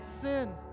sin